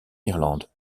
irlande